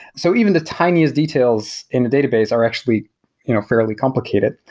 so even the tiniest details in a database are actually you know fairly complicated.